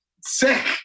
sick